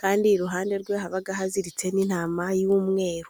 ,kandi iruhande rwe haba haziritse n'intama y'umweru.